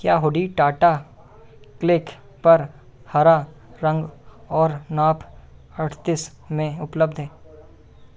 क्या हूडी टाटा क्लिक पर हरा रंग और नाप अड़तीस में उपलब्ध है